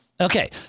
Okay